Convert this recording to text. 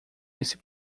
esse